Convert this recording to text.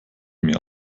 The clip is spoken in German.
mir